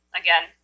again